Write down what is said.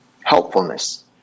helpfulness